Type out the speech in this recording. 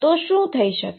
તો શું થઈ શકે